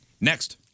Next